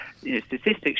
statistics